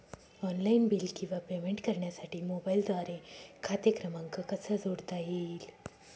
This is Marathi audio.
ऑनलाईन बिल किंवा पेमेंट करण्यासाठी मोबाईलद्वारे खाते क्रमांक कसा जोडता येईल?